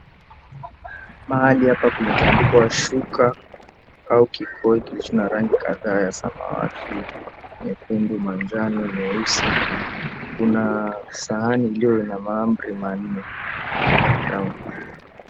Mahali hapa kumetandikwa shuka au kikoi kilicho na rangi kadhaa ya samawati, nyekundu, manjano, nyeusi. Kuna sahani iliyo ina mahamri manne ya brown .